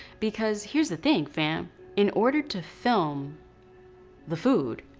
because, here's the thing fam in order to film the food,